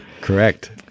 Correct